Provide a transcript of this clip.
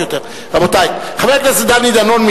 חבר הכנסת דני דנון,